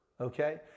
Okay